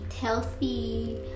healthy